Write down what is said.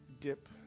dip